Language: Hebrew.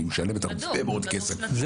כי היא משלמת הרבה מאוד כסף.